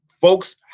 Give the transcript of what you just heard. Folks